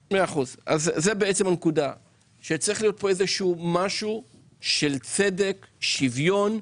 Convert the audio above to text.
פה איזה שהוא משהו של צדק, שוויון,